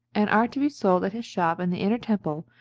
and are to be sold at his shop in the inner-temple,